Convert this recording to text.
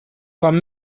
com